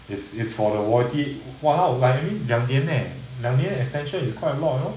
is is for the warrenty !walao! like I mean 两年 leh 两年 extension is quite a lot you know